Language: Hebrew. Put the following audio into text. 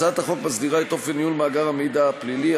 הצעת החוק מסדירה את אופן ניהול מאגר המידע הפלילי.